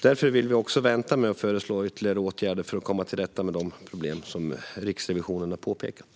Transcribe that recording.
Därför vill vi vänta med att föreslå ytterligare åtgärder för att komma till rätta med de problem som Riksrevisionen påpekat.